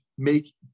make